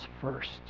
first